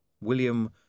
William